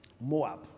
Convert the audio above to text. Moab